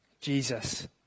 Jesus